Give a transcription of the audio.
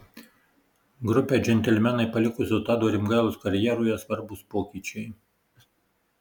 grupę džentelmenai palikusio tado rimgailos karjeroje svarbūs pokyčiai